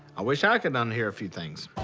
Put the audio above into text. i wish i could unhear a few things.